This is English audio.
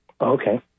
Okay